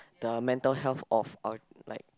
the mental health of our like